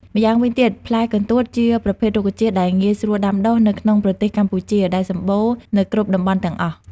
ម្យ៉ាងវិញទៀត ផ្លែកន្ទួតជាប្រភេទរុក្ខជាតិដែល ងាយស្រួលដាំដុះ នៅក្នុងប្រទេសកម្ពុជា ដែលសម្បូរនៅគ្រប់តំបន់ទាំងអស់។